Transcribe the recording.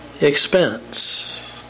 expense